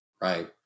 Right